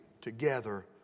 together